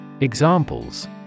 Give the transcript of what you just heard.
Examples